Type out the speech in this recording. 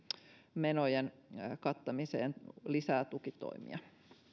menojen kattamiseen lisää tukitoimia